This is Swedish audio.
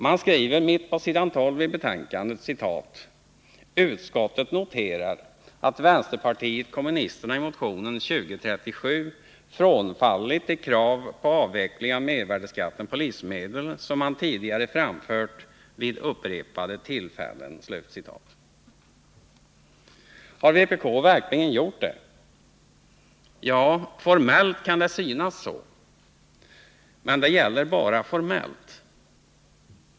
Man skriver mitt på s. 12 i betänkandet: ”Utskottet noterar att vänsterpartiet kommunisterna i motionen 2037 frånfallit de krav på avveckling av mervärdeskatten på livsmedel som man tidigare framfört vid upprepade tillfällen.” Har vpk verkligen gjort det? Ja, formellt kan det synas så. Men det gäller bara formellt.